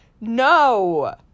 no